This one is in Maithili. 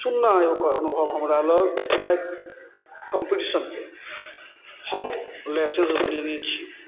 सुन्ना अइ ओकर अनुभव हमरा लग बाइक कम्पिटीशनके हम लाइसेंस बनेने छी